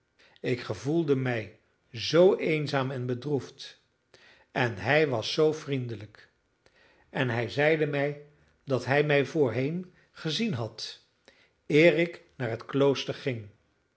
ik gevoelde mij zoo eenzaam en bedroefd en hij was zoo vriendelijk en hij zeide mij dat hij mij voorheen gezien had eer ik naar het klooster ging